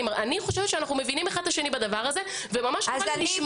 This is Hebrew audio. אני חושבת שאנחנו מבינים אחד את השני בדבר הזה וממש חבל לי לשמוע